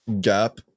Gap